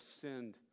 sinned